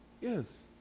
Yes